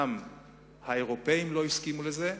גם האירופים לא הסכימו לזה,